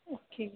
okay